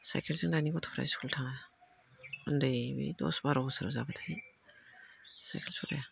साइकेलजों दानि गथ'फ्रा स्खुल थाङा उन्दै बे दस बार' बोसोर जाबाथाय साइकेल सलाया